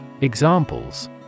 Examples